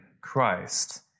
Christ